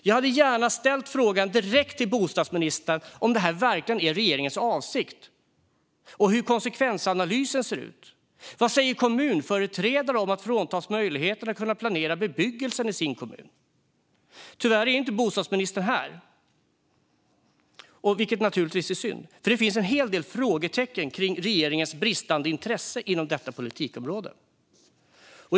Jag hade gärna ställt frågan direkt till bostadsministern om det verkligen är regeringens avsikt. Hur ser konsekvensanalysen ut? Vad säger kommunföreträdare om att fråntas möjligheten att kunna planera bebyggelsen i sin kommun? Tyvärr är bostadsministern inte här, vilket naturligtvis är synd. Det finns en hel del frågetecken kring regeringens bristande intresse inom detta politikområde.